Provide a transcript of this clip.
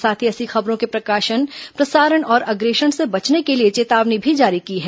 साथ ही ऐसी खबरों के प्रकाशन प्रसारण और अग्रेषण से बचने के लिए चेतावनी भी जारी की है